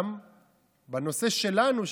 גם בנושא שלנו,